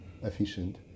efficient